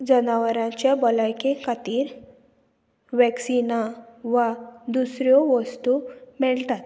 जनावरांच्या भलायके खातीर वॅक्सिना वा दुसऱ्यो वस्तू मेळटात